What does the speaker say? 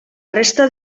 resta